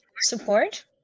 support